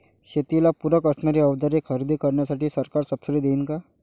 शेतीला पूरक असणारी अवजारे खरेदी करण्यासाठी सरकार सब्सिडी देईन का?